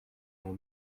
dans